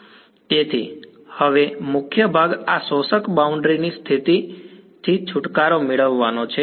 તેથી હવે મુખ્ય ભાગ આ શોષક બાઉન્ડ્રી ની સ્થિતિથી છુટકારો મેળવવાનો છે